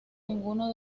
ninguna